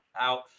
out